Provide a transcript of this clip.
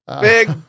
big